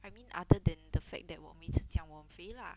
I mean other than the fact that 我每次讲我很肥 lah